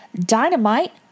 Dynamite